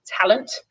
talent